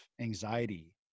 anxiety